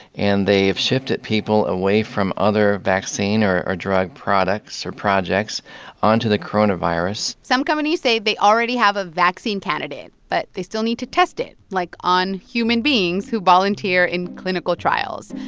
and they have shifted people away from other vaccine or or drug products or projects onto the coronavirus some companies say they already have a vaccine candidate, but they still need to test it, like, on human beings who volunteer in clinical trials.